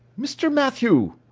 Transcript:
mr. mathew!